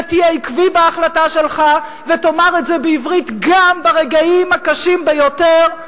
ותהיה עקבי בהחלטה שלך ותאמר את זה בעברית גם ברגעים הקשים ביותר.